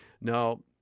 now